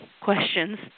questions